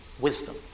wisdom